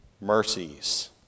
mercies